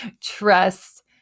Trust